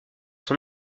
son